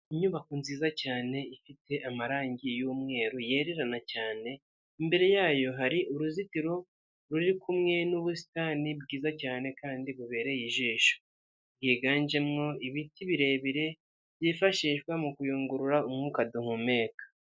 Inyubako nziza cyane ifite amarangi y'umweru yererana cyane, imbere yayo hari uruzitiro ruri kumwe n'ubusitani bwiza cyane kandi bubereye ijisho, bwiganjemo ibiti birebire byifashishwa mu kuyungurura umwuka duhumeka.